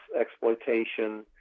exploitation